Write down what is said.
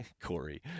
Corey